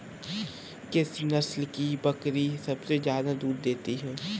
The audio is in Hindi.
किस नस्ल की बकरी सबसे ज्यादा दूध देती है?